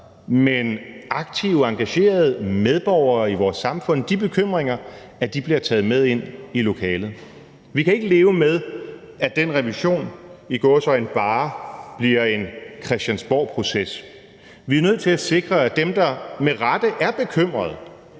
men aktive, engagerede medborgere i vores samfund, bliver taget med ind i lokalet. Vi kan ikke leve med, at den revision, i gåseøjne, bare bliver en Christiansborgproces. Vi er nødt til at sikre, at dem, der med rette er bekymrede,